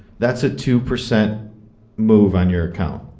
that's a two percent move on your account.